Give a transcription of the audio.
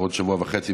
בעוד שבוע וחצי,